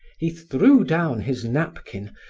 he threw down his napkin,